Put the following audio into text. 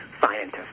scientist